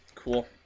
cool